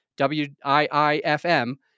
W-I-I-F-M